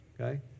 Okay